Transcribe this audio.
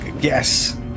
yes